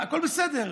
הכול בסדר,